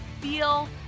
feel